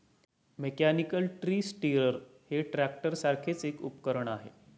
mechanical tree stirrer हे ट्रॅक्टरसारखेच एक उपकरण आहे